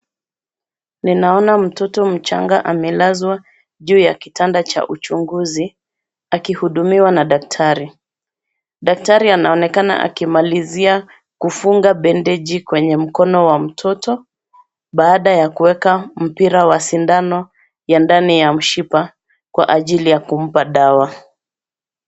Ninaona mtoto mchanga amelazwa juu ya kitanda cha uchunguzi, akihudumiwa na daktari. Daktari anaonekana akimalizia kufunga bendeji kwenye mkono wa mtoto, baada ya kuweka mpira wa sindano ya ndani ya mshipa, kwa ajili ya kumpa dawa.